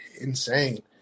insane